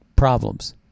problems